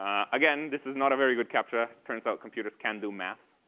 again this is not a very good captcha. turns out computers can do math.